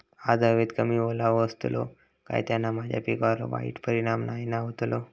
आज हवेत कमी ओलावो असतलो काय त्याना माझ्या पिकावर वाईट परिणाम नाय ना व्हतलो?